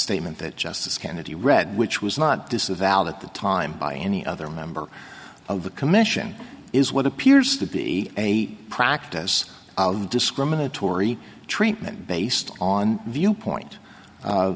statement that justice kennedy read which was not disavowed at the time by any other member of the commission is what appears to be a practice discriminatory treatment based on viewpoint